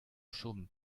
chom